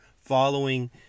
following